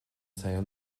saol